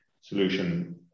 solution